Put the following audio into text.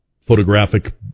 photographic